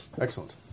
Excellent